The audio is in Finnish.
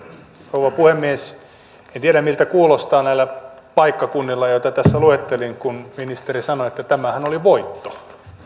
rouva puhemies en tiedä miltä kuulostaa näillä paikkakunnilla joita tässä luettelin kun ministeri sanoi että tämähän oli voitto